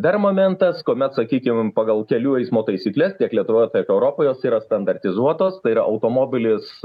dar momentas kuomet sakykim pagal kelių eismo taisykles tiek lietuvoj tiek europoj jos yra standartizuotos tai yra automobilis